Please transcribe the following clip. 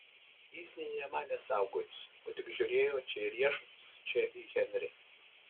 jis nė nemanė saugotis o tik žiūrėjo čia į riešutus čia į henrį